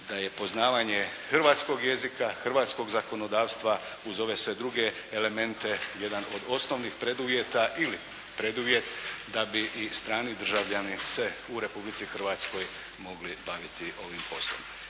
da je poznavanje hrvatskog jezika, hrvatskog zakonodavstva uz sve ove druge elemente jedan od osnovnih preduvjeta ili preduvjet da bi i strani državljani se u Republici Hrvatskoj mogli baviti ovim poslom.